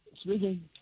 speaking